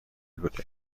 بوده